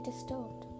Disturbed